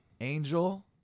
Angel